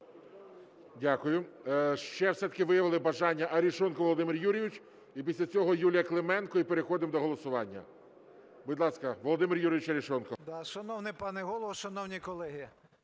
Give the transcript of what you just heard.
Дякую. Ще все-таки виявили бажання Арешонков Володимир Юрійович і після цього Юлія Клименко, і переходимо до голосування. Будь ласка, Володимир Юрійович Арешонков. 13:07:12 АРЕШОНКОВ В.Ю. Шановний пане Голово, шановні колеги,